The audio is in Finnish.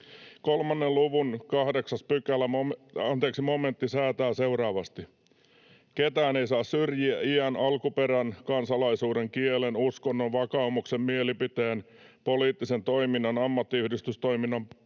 Yhdenvertaisuuslain 3 luvun 8 momentti säätää seuraavasti: ’Ketään ei saa syrjiä iän, alkuperän, kansalaisuuden, kielen, uskonnon, vakaumuksen, mielipiteen, poliittisen toiminnan, ammattiyhdistystoiminnan,